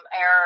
air